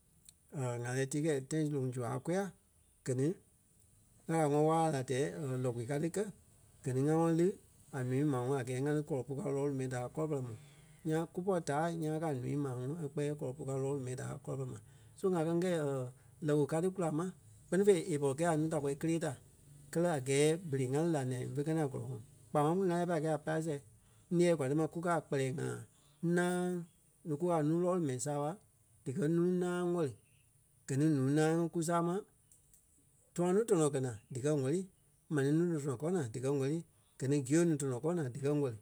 ŋa lɛ́ɛ tii kɛi tãi su loŋ sui a kôyaa gɛ ni Ɣâla e ŋɔnɔ wála-wala laa tɛɛ lɔku ka ti kɛ. Gɛ ni ŋa ŋɔnɔ lí a ǹúu maa ŋuŋ a gɛɛ ŋá lí kɔlɔ puu káo lɔɔlu mɛi da kɔlɔ pɛrɛ mu. Nyaŋ kúpɔ daa ńyãa kaa a ǹúu maa ŋuŋ ŋa kpɛɛ kɔlɔ puu káo lɔɔlu mɛi da kɔlɔ pɛrɛ ma. So ŋá ŋ́gɛi lɔki ka ti kula ma kpɛ́ni fêi e pɔri kɛi a núu da kpɛɛ li kelee da kɛlɛ a gɛɛ berei ŋá li la naa fé kɛ ni a gɔlɔŋɔɔ kpaa máŋ kpîŋ ŋa lɛ́ɛ pai kɛi a pasɛ ńiɛɛ kwaa ti ma kukaaa a kpɛlɛɛ ŋai náaŋ no kukɛ a núu lɔɔlu mɛi saaɓa díkɛ núu náaŋ wɛ́li. Gɛ ni ǹúui náaŋ ŋi ku sama tũaŋ núu tɔnɔ e kɛ̀ naa díkɛ wɛ́li maniŋ núu tɔnɔ kɔɔ naa díkɛ wɛ́li gɛ ni gio núu tɔnɔ kɔɔ naa dikɛ ŋwɛ́li.